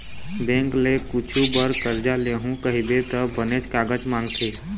bank ले कुछु बर करजा लेहूँ कहिबे त बनेच कागज मांगथे